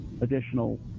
additional